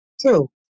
true